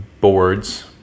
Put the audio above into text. boards